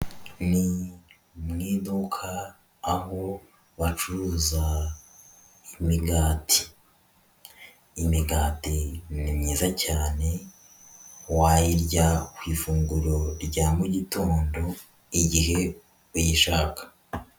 Ni mu iduka, aho wacuruza imigati. Imigati ni myiza cyane, wayirya ku ifunguro rya mu gitondo igihe uyishaka.